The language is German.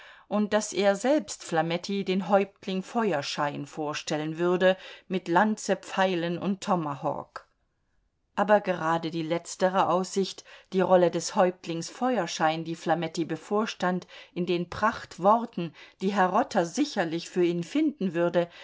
und daß er selbst flametti den häuptling feuerschein vorstellen würde mit lanze pfeilen und tomahawk aber gerade die letztere aussicht die rolle des häuptlings feuerschein die flametti bevorstand in den prachtworten die herr rotter sicherlich für ihn finden würde